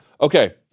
Okay